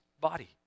body